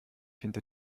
hinter